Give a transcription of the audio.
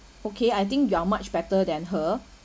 okay I think you are much better than her